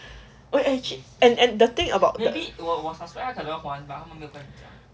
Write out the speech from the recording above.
oh eh actually and and the thing about the